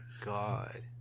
god